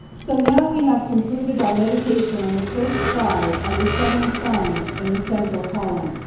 so now we have concluded our meditation on the first five of the seven signs in the central column.